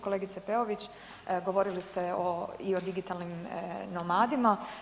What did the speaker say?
Kolegice Peović govorili ste i o digitalnim nomadima.